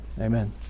Amen